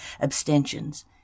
abstentions